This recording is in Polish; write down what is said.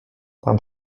tam